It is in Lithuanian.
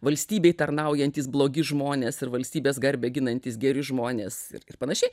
valstybei tarnaujantys blogi žmonės ir valstybės garbę ginantys geri žmonės ir panašiai